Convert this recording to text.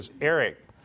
Eric